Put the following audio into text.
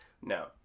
No